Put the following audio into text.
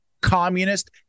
communist